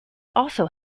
also